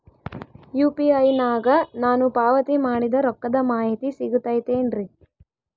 UPI ನಾಗ ನಾನು ಪಾವತಿ ಮಾಡಿದ ರೊಕ್ಕದ ಮಾಹಿತಿ ಸಿಗುತೈತೇನ್ರಿ?